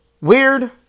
Weird